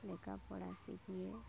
লেখাপড়া শিখিয়ে